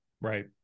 Right